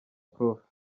prof